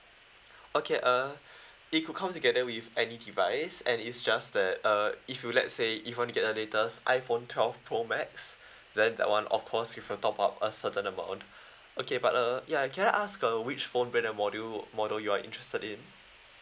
okay uh it could come together with any device and it's just that uh if you let's say if you want to get the latest iphone twelve promo max then that one of course you have to top up a certain amount okay but uh ya can I ask ah which phone brand or module model you're interested in